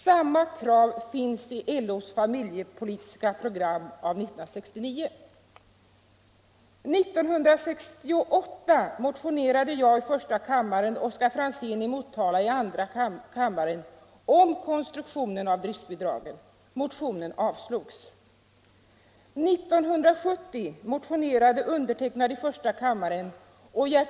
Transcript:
Samma krav finns i LO:s familjepolitiska program av 1969.